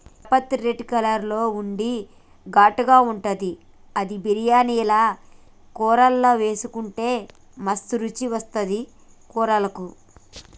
జాపత్రి red colour లో ఉండి ఘాటుగా ఉంటది అది బిర్యానీల కూరల్లా వేసుకుంటే మస్తు రుచి వస్తది కూరలకు